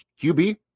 QB